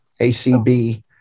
ACB